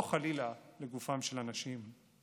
לא חלילה לגופם של אנשים.